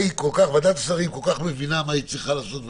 ועדת שרים כל כך מבינה מה היא צריכה לעשות,